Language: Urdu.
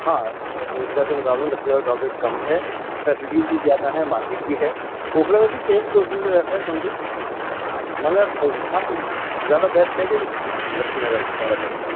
ہاں اوکھلا کے مقابلے میں لکشمی نگر کا آؤٹ ڈیٹ کم ہے فیسلٹیز بھی زیادہ ہیں مارکیٹ بھی ہے اوکھلا میں بھی سیم پروسیزر ہے سمتھنگ مگر وہاں زیادہ بیسٹ ہے کہ لکچھمی نگر زیادہ بیسٹ ہے